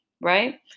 Right